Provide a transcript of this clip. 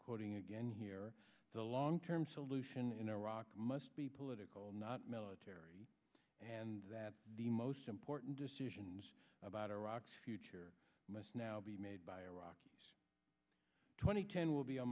quoting again here the long term solution in iraq must be political not military and that the most important decisions about iraq's future must now be made by iraq twenty ten will be a